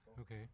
okay